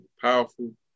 powerful